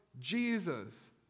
Jesus